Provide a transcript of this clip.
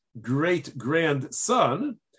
great-grandson